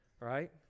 right